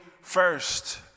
first